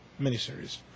miniseries